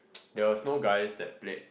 there was no guys that played